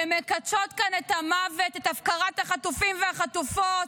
שמקדשות כאן את המוות, את הפקרת החטופים והחטופות,